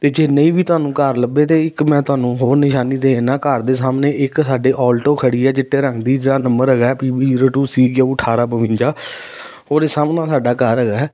ਅਤੇ ਜੇ ਨਹੀਂ ਵੀ ਤੁਹਾਨੂੰ ਘਰ ਲੱਭੇ ਤਾਂ ਇੱਕ ਮੈਂ ਤੁਹਾਨੂੰ ਹੋਰ ਨਿਸ਼ਾਨੀ ਦੇ ਦਿੰਦਾ ਘਰ ਦੇ ਸਾਹਮਣੇ ਇੱਕ ਸਾਡੇ ਔਲਟੋ ਖੜ੍ਹੀ ਹੈ ਚਿੱਟੇ ਰੰਗ ਦੀ ਜਿਹਦਾ ਨੰਬਰ ਹੈਗਾ P B zero two C Q ਅਠਾਰਾਂ ਬਵੰਜਾ ਉਹਦੇ ਸਾਹਮਣੇ ਸਾਡਾ ਘਰ ਹੈਗਾ ਹੈ